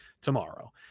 tomorrow